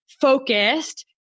focused